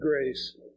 grace